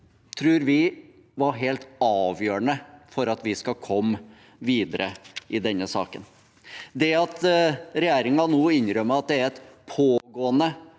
tror vi var helt avgjørende for at vi skal komme videre i denne saken. At regjeringen nå innrømmer at det er et pågående